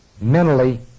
mentally